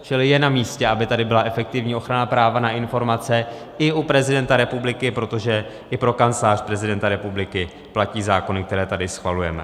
Čili je namístě, aby tady byla efektivní ochrana práva na informace i u prezidenta republiky, protože i pro Kancelář prezidenta republiky platí zákony, které tady schvalujeme.